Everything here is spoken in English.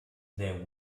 they